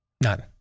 None